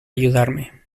ayudarme